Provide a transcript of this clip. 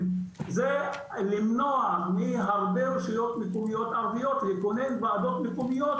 זה למנוע מהרבה רשויות מקומיות ערביות לכונן ועדות מקומיות